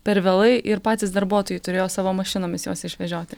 per vėlai ir patys darbuotojai turėjo savo mašinomis juos išvežioti